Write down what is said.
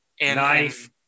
knife